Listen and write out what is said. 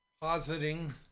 positing